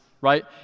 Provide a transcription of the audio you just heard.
Right